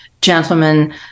gentlemen